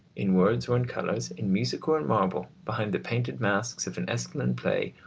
in words or in colours, in music or in marble, behind the painted masks of an aeschylean play,